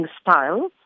style